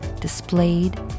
displayed